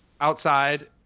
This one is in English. outside